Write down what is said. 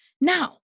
Now